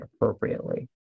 appropriately